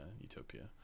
Utopia